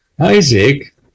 Isaac